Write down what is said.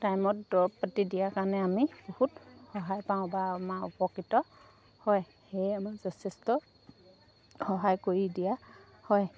টাইমত দৰৱ পাতি দিয়াৰ কাৰণে আমি বহুত সহায় পাওঁ বা আমাৰ উপকৃত হয় সেয়ে আমাৰ যথেষ্ট সহায় কৰি দিয়া হয়